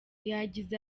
yagize